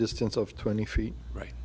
distance of twenty feet right